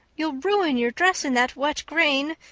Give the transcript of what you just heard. you'll ruin your dress in that wet grain.